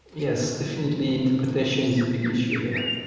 yes, definitely interpretation is a big issue there.